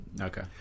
Okay